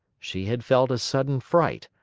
she had felt a sudden fright,